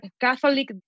Catholic